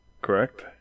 Correct